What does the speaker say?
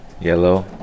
yellow